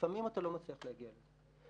לפעמים אתה לא מצליח להגיע לזה.